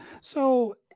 So-